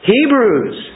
Hebrews